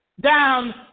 down